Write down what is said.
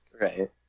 right